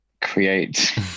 create